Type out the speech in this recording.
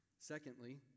secondly